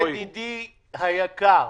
ידידי היקר,